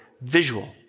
visual